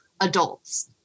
adults